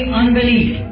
unbelief